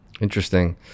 Interesting